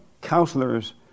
counselors